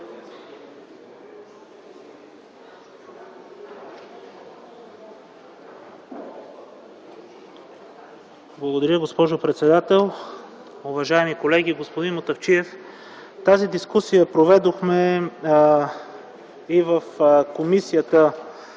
Благодаря, госпожо председател. Уважаеми колеги! Господин Мутафчиев, тази дискусия я проведохме и в комисията,